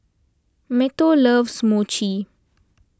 Matteo loves Mochi